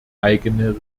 eigene